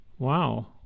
Wow